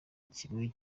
kigoye